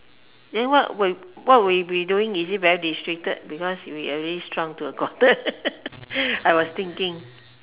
then what will what you will be doing is it very restricted because we already shrunk to a quarter I was thinking